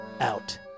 out